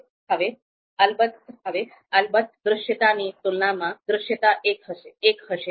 હવે અલબત્ત દૃશ્યતાની તુલનામાં દૃશ્યતા 1 હશે